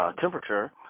temperature